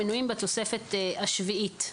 המנויים בתוספת השביעית.